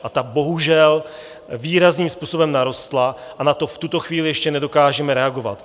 A ta bohužel výrazným způsobem narostla a na to v tuto chvíli ještě nedokážeme reagovat.